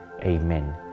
Amen